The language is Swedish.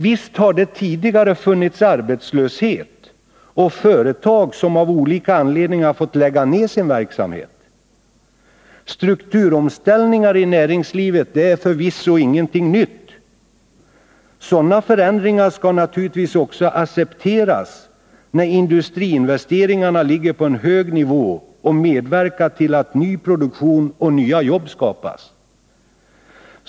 Visst har det även tidigare funnits arbetslöshet, och visst har det funnits företag som av olika anledningar fått lägga ned sin verksamhet. Strukturomställningar i näringslivet är förvisso ingenting nytt. Sådana förändringar skall naturligtvis också a cepteras när industriinvesteringarna ligger på en hög nivå och medverkar till att ny produktion och nya jobb skapas.